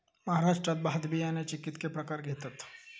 महाराष्ट्रात भात बियाण्याचे कीतके प्रकार घेतत?